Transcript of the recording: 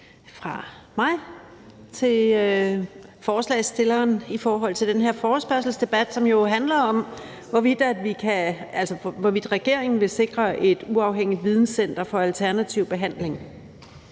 fra mig til forespørgerne til den her forespørgselsdebat, som handler om, hvorvidt regeringen vil sikre et uafhængigt videnscenter for alternativ behandling.